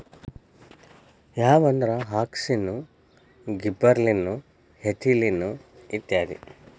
ಯಾವಂದ್ರ auxin, gibberellin, ethylene ಇತ್ಯಾದಿ